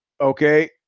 Okay